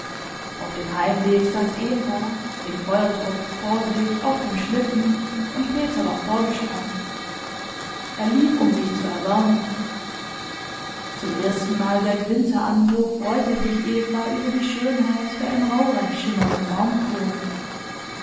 auf dem heimweg saß eva den feuertopf vor sich auf dem schlitten und peter war vorgespannt er lief um sich zu erwärmen zum erstenmal seit winteranbruch freute sich eva über die schönheit der im rauhreif schimmernden